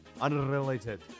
unrelated